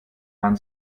man